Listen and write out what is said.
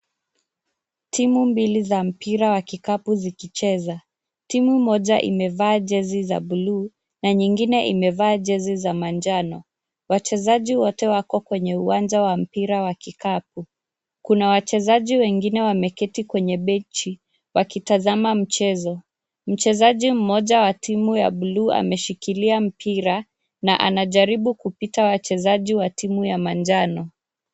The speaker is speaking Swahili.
Timu mbili za mpira wa kikapu zikicheza. Timu moja imevaa jezi za bluu na nyingine imevaa jezi za manjano. Wachezaji wote wako kwenye uwanja wa mpira wa kikapu. Kuna wachezaji wengine wameketi kwenye benchi wakitazama mchezo. Mchezaji mmoja wa timu ya bluu ameshikilia mpira, na anajaribu kupita wachezaji wa timu ya manjano.